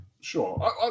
sure